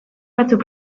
batzuk